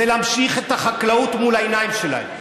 זה להמשיך את החקלאות מול העיניים שלהם,